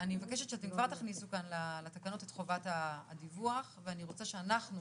אני מבקשת שאתם כבר תכניסו כאן לתקנות את חובת הדיווח ואני רוצה שאנחנו,